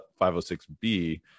506B